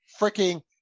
freaking